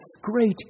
great